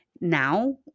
Now